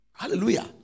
Hallelujah